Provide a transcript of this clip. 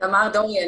אני תמר דורי,